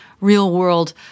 real-world